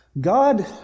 God